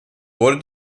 wurde